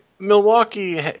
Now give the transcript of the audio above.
Milwaukee